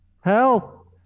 Help